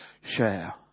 share